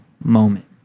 moment